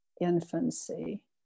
infancy